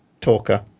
talker